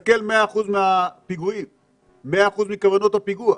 לסכל 100% מכוונות הפיגוע.